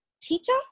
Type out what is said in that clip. teacher